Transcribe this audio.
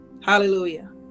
Hallelujah